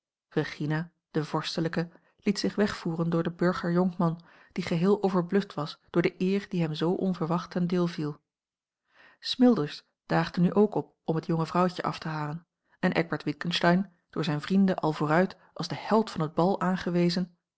regina de vorstelijke liet zich wegvoeren door den burger jonkman die geheel overbluft was door de eer die hem zoo onverwacht ten deel viel smilders daagde nu ook op om het jonge vrouwtje af te halen en eckbert witgensteyn door zijne vrienden al vooruit als de held van het bal aangewezen